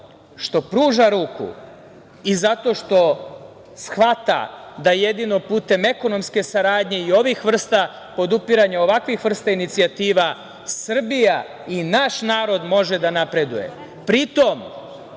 što pruža ruku i zato što shvata da jedino putem ekonomske saradnje i ovih vrsta podupiranja, ovakvih vrsta inicijativa Srbija i naš narod može da napreduje. Pri